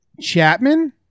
Chapman